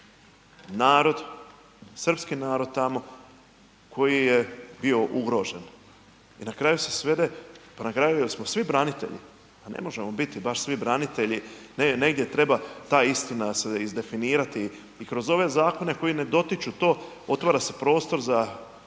narod, srpski narod tamo koji je bio ugrožen. I na kraju se svede, pa na kraju jel smo svi branitelji, ne možemo biti baš svi branitelji, negdje treba ta istina se izdefinirati. I kroz zakone koji me dotiču to otvara se prostor za